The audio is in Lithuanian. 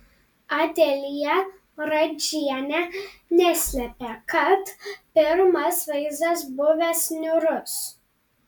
adelija radžienė neslėpė kad pirmas vaizdas buvęs niūrus